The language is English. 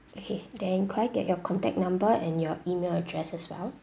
okay then could I get your contact number and your email address as well